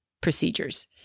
procedures